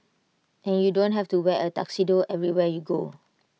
and you don't have to wear A tuxedo everywhere you go